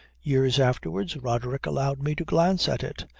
years afterwards roderick allowed me to glance at it.